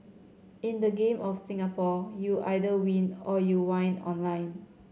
in the Game of Singapore you either win or you whine online